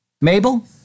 Mabel